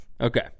Okay